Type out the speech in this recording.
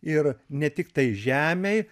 ir ne tiktai žemei